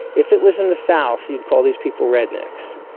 if it was in the south, you'd call these people rednecks,